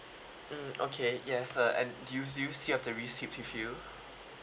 mm okay yes uh and do you do you still have the receipt with you